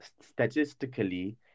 statistically